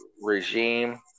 regime